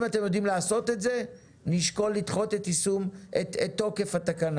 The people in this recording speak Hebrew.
אם אתם יודעים לעשות את זה נשקול לדחות את תוקף התקנה.